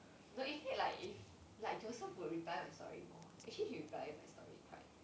no if like joseph would reply my story more actually he reply my story quite